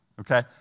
okay